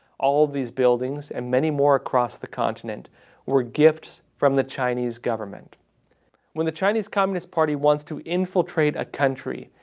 all these buildings and many more across the continent were gifts from the chinese government when the chinese communist party wants to infiltrate a country,